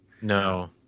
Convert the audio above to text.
No